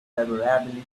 favorability